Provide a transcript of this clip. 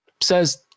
says